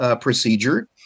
procedure